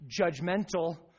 judgmental